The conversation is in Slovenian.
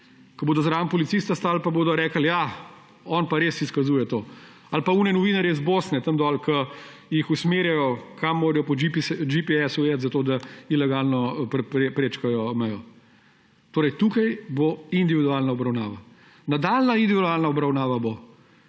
ki bodo zraven policista stali, pa bodo rekli, da on pa res izkazuje to. Ali pa tiste novinarje iz Bosne, tam dol, ki jih usmerjajo, kam morajo po GPS iti, zato da ilegalno prečkajo mejo. Torej, tukaj bo individualna obravnava. Nadaljnja individualna obravnava bo